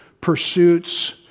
pursuits